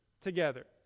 together